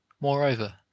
Moreover